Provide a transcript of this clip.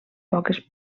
poques